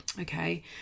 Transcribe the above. Okay